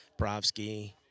Brovsky